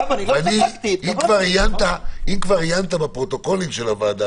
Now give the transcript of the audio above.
אם כבר עיינת בפרוטוקולים של הוועדה,